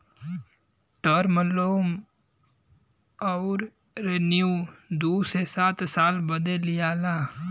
term loan अउर revenue दू से सात साल बदे लिआला